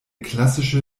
klassische